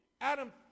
Adam